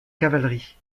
cavalerie